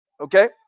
okay